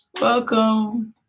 welcome